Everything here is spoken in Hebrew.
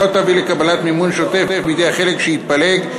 לא תביא לקבלת מימון שוטף בידי החלק שהתפלג,